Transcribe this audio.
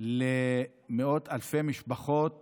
למאות אלפי משפחות